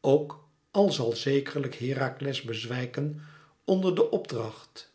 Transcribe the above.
ook àl zal zekerlijk herakles bezwijken onder den opdracht